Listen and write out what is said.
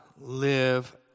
live